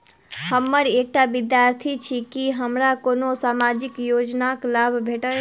हम एकटा विद्यार्थी छी, की हमरा कोनो सामाजिक योजनाक लाभ भेटतय?